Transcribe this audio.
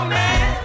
man